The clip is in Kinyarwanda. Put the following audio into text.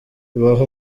ibahe